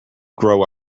grow